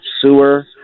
sewer